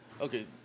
Okay